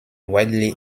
widely